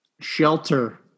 Shelter